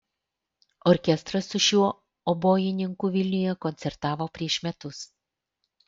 orkestras su šiuo obojininku vilniuje koncertavo prieš metus